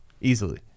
easily